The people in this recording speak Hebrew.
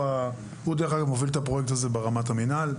הוא מוביל את הפרוייקט הזה ברמת המינהל.